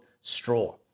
straw